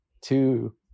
Two